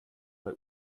bei